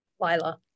Lila